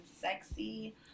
sexy